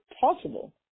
possible